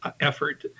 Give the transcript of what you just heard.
effort